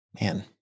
man